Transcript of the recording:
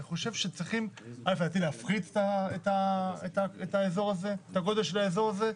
אני חושב שצריך להפחית את הגודל של האזור הזה.